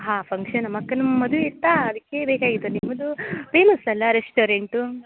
ಹಾಂ ಫಂಕ್ಷನ್ ನಮ್ಮ ಅಕ್ಕನ ಮದ್ವೆ ಇತ್ತಾ ಅದಕ್ಕೆ ಬೇಕಾಗಿತ್ತು ನಿಮ್ದು ಪೇಮಸ್ ಅಲ್ವಾ ರೆಸ್ಟೋರೆಂಟು